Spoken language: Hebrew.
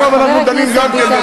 עכשיו אנחנו דנים גם כן,